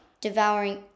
devouring